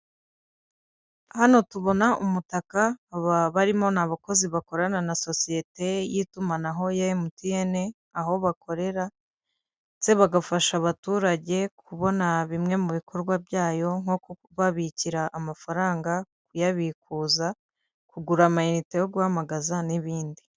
Hano tubona umutaka aba barimo ni abakozi bakorana na sosiyete y'itumanaho ya MTN aho bakorera ndetse bagafasha abaturage kubona bimwe mu bikorwa byayo, nko kubikira amafaranga, kuyabikuza, kugura amayinite yo guhamagaza n'ibindi.